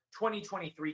2023